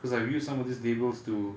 because I view some of these labels to